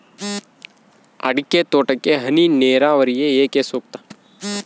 ಅಡಿಕೆ ತೋಟಕ್ಕೆ ಹನಿ ನೇರಾವರಿಯೇ ಏಕೆ ಸೂಕ್ತ?